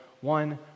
one